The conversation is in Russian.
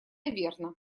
верно